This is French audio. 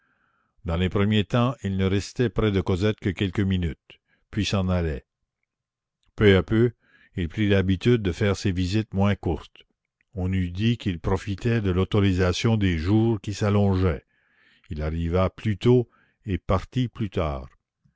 dans les premiers temps il ne restait près de cosette que quelques minutes puis s'en allait peu à peu il prit l'habitude de faire ses visites moins courtes on eût dit qu'il profitait de l'autorisation des jours qui s'allongeaient il arriva plus tôt et partit plus tard